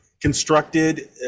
constructed